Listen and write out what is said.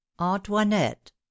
antoinette